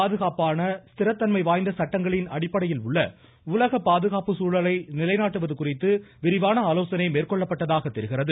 பாதுகாப்பான ஸ்திரத்தன்மை வாய்ந்த சட்டங்களின் அடிப்படையில் உள்ள உலக பாதுகாப்பு சூழலை நிலைநாட்டுவது குறித்து விரிவான ஆலோசனை மேற்கொள்ளப்பட்டதாக தெரிகிறது